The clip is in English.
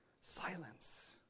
silence